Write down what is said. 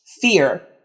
fear